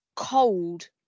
cold